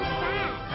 sad